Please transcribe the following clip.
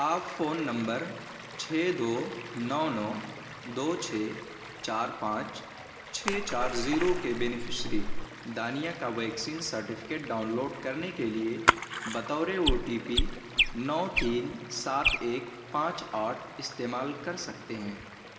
آپ phone number چھ دو نو نو دو چھ چار پانچ چھ چار زیرو کے بینیفشیری دانیا کا ویکسین سرٹیفکیٹ ڈاؤن لوڈ کرنے کے لیے بطور او ٹی پی نو تین سات ایک پانچ آٹھ استعمال کر سکتے ہیں